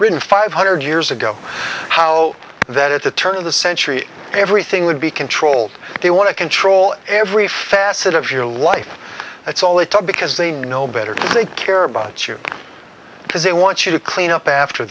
written five hundred years ago how that at the turn of the century everything would be controlled they want to control every facet of your life that's all they talk because they know better they care about you because they want you to clean up after